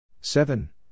Seven